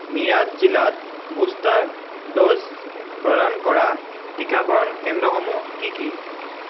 মিৰাট জিলাত booster dose প্ৰদান কৰা টীকাকৰণ কেন্দ্ৰসমূহ কি কি